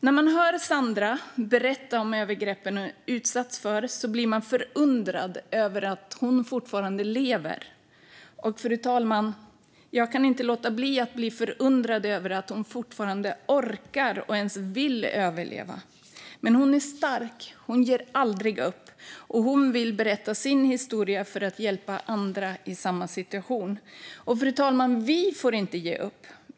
När man hör Sandra berätta om övergreppen hon utsatts för blir man förundrad över att hon fortfarande lever, och jag kan inte låta bli att bli förundrad över att hon fortfarande orkar eller ens vill överleva. Men hon är stark, ger aldrig upp och vill berätta sin historia för att hjälpa andra i samma situation. Fru talman! Vi får heller aldrig ge upp.